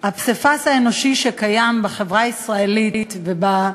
זה שקר וכזב.